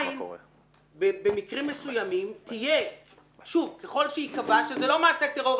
עדיין במקרים מסוימים ככל שייקבע שזה לא מעשה טרור,